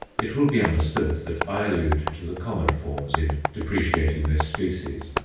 it will be understood that i allude to the common forms in depreciating this species.